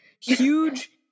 huge